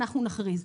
אנחנו נכריז.